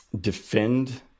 defend